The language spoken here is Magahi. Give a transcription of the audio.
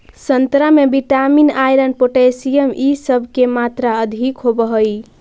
संतरा में विटामिन, आयरन, पोटेशियम इ सब के मात्रा अधिक होवऽ हई